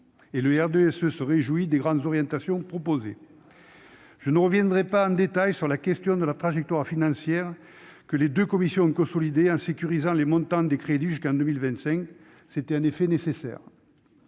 et le RDSE se réjouit des grandes orientations proposées. Je ne reviendrai pas en détail sur la question de la trajectoire financière, que les deux commissions ont consolidée en sécurisant les montants des crédits jusqu'en 2025, ce qui était en effet nécessaire.